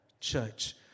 church